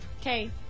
Okay